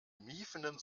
miefenden